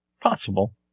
Possible